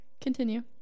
Continue